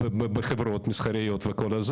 בחברות מסחריות וכו'.